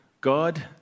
God